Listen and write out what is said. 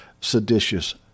seditious